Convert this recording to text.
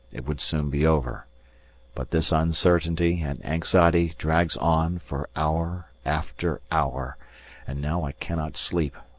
it would soon be over but this uncertainty and anxiety drags on for hour after hour and now i cannot sleep,